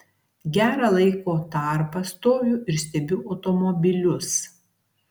gerą laiko tarpą stoviu ir stebiu automobilius